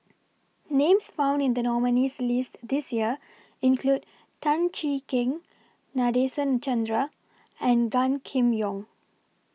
Names found in The nominees' list This Year include Tan Cheng Kee Nadasen Chandra and Gan Kim Yong